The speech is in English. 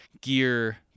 gear